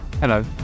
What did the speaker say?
Hello